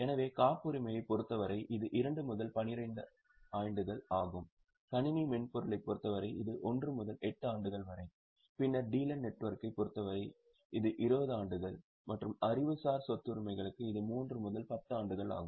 எனவே காப்புரிமையைப் பொறுத்தவரை இது 2 முதல் 12 ஆண்டுகள் ஆகும் கணினி மென்பொருளைப் பொறுத்தவரை இது 1 முதல் 8 ஆண்டுகள் வரை பின்னர் டீலர் நெட்வொர்க்கைப் பொறுத்தவரை இது 20 ஆண்டுகள் மற்றும் அறிவுசார் சொத்துரிமைகளுக்கு இது 3 முதல் 10 ஆண்டுகள் ஆகும்